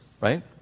right